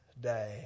day